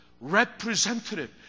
representative